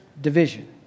division